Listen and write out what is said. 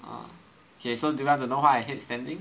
orh okay so do you want to know why I hate standing